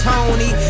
Tony